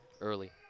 early